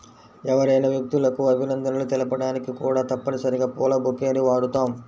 ఎవరైనా వ్యక్తులకు అభినందనలు తెలపడానికి కూడా తప్పనిసరిగా పూల బొకేని వాడుతాం